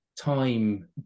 time